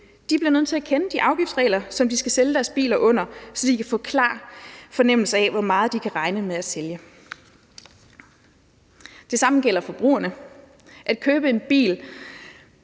De bliver nødt til at kende de afgiftsregler, som de skal sælge deres biler under, så de kan få en klar fornemmelse af, hvor meget de kan regne med at sælge. Det samme gælder forbrugerne. At købe en bil